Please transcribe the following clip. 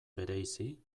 bereizi